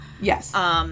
Yes